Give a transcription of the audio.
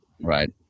Right